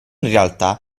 realtà